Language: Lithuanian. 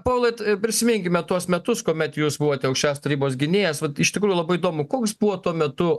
povilai t prisiminkime tuos metus kuomet jūs buvote aukščiausios tarybos gynėjas vat iš tikrųjų labai įdomu koks buvo tuo metu